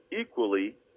equally